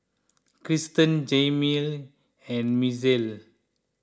Kristen Jaimie and Misael